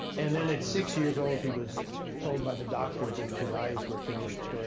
and then, at six years old, he was told by the doctor that his eyes were finished.